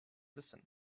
listen